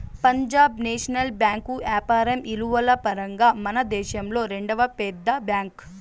Punjab national bank యాపారం ఇలువల పరంగా మనదేశంలో రెండవ పెద్ద బ్యాంక్